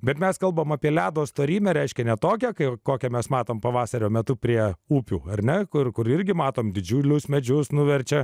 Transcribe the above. bet mes kalbame apie ledo storyme reiškia ne tokia kai kokią mes matome pavasario metu prie upių ar ne kur kur irgi matome didžiulius medžius nuverčia